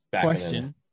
Question